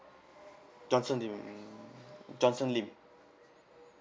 johnson lim johnson lim